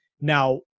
Now